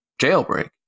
jailbreak